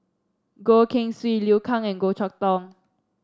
Goh Keng Swee Liu Kang and Goh Chok Tong